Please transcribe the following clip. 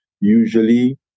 usually